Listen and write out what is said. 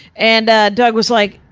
and doug was like,